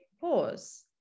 pause